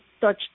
touch